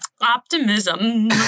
optimism